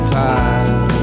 time